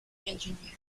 engineer